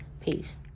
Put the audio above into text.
Peace